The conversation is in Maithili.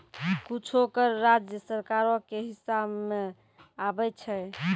कुछो कर राज्य सरकारो के हिस्सा मे आबै छै